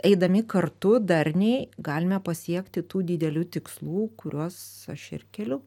eidami kartu darniai galime pasiekti tų didelių tikslų kuriuos aš ir keliu